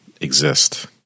exist